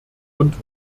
und